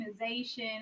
organization